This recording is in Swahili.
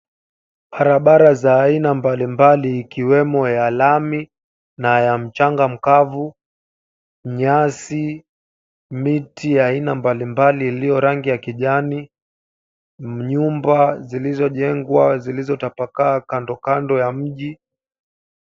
Barabara za aina mbalimbali ikiwemo ya lami na ya changa mkavu, nyasi, miti aina mbalimbali iliyo rangi ya kijani, nyumba zilizojengwa zilizotapakaa kandokando ya mji.